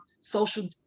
social